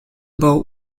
boat